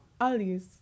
Alice